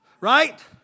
Right